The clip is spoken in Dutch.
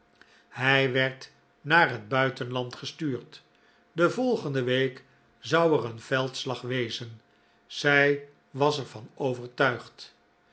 hij werd naar het buitenland gestuurd de volgende week zou er een veldslag wezen zij was er van overtuigd